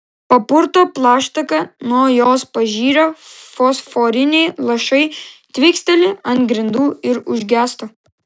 papurto plaštaką nuo jos pažirę fosforiniai lašai tvyksteli ant grindų ir užgęsta